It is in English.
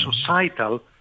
societal